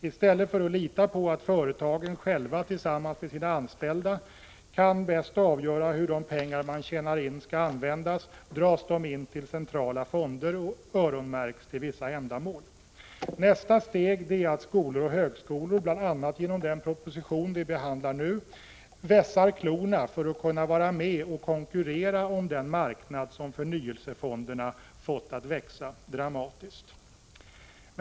I stället för att lita på att företagen själva tillsammans med sina anställda bäst kan avgöra hur de pengar man tjänar in skall användas, dras pengarna in till centrala fonder och öronmärks för vissa ändamål. Nästa steg är att man på skolor och högskolor, bl.a. till följd av den proposition vi nu behandlar, vässar klorna för att kunna vara med och konkurrera om den marknad som förnyelsefonderna fått att växa dramatiskt.